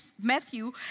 Matthew